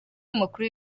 amakuru